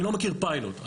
אני לא מכיר פיילוט.